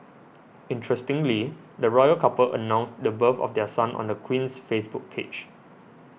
interestingly the royal couple announced the birth of their son on the Queen's Facebook page